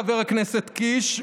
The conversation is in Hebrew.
חבר הכנסת קיש,